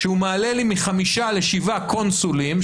כשהוא מעלה לי מחמישה לשבעה קונסולים,